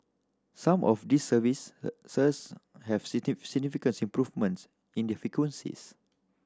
some of these service have city significant improvements in their frequencies